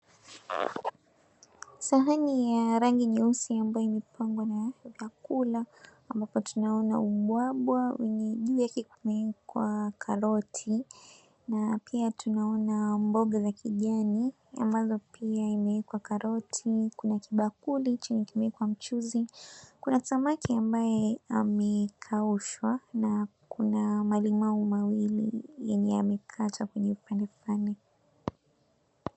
Sahani ya rangi nyeusi ambayo imepangwa na vyakula ambapo tunaona ubwabwa wenye juu yake kumeekwa karoti na pia tunaona mboga za kijani ambazo pia imeekwa karoti kuna kibakuli chenye kimeekwa mchuzi kuna samaki ambae amekaushwa na kuna malimau mawili yenye yamekatwa kwenye vipande vipande.